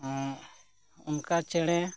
ᱚᱱᱠᱟ ᱪᱮᱬᱮ